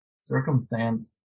circumstance